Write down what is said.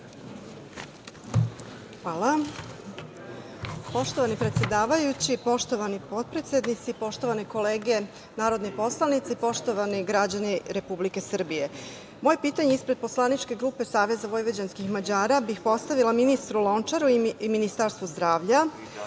Hvala. Poštovani predsedavajući, poštovani potpredsednici, poštovane kolege narodni poslanici, poštovani građani Republike Srbije, moje pitanje ispred poslaničke grupe SVM bih postavila ministru Lončaru i Ministarstvu zdravlja,